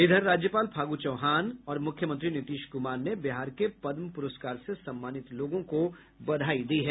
इधर राज्यपाल फागू चौहान और मुख्यमंत्री नीतीश कुमार ने बिहार के पद्म पुरस्कार से सम्मानित लोगों को बधाई दी है